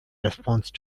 response